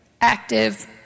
active